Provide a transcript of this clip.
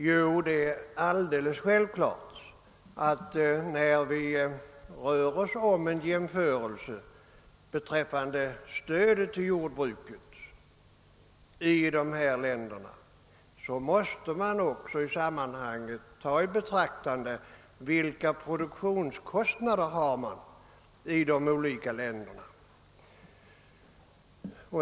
Jo, det är alldeles självklart att man vid en jämförelse mellan stödet till jordbruket i skilda länder också måste ta i betraktande vilka produktionskostnaderna är i de olika länderna.